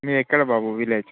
మీది ఎక్కడ బాబు విలేజ్